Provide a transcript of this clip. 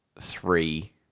three